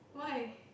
why